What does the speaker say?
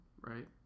right